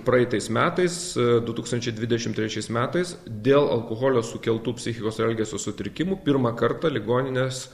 praeitais metais du tūkstančiai dvidešim trečiais metais dėl alkoholio sukeltų psichikos elgesio sutrikimų pirmą kartą ligoninės